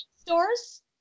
stores